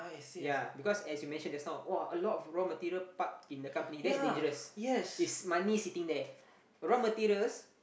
ya because as you mentioned just now !wah! a lot raw material park in the company that's dangerous it's money sitting there raw materials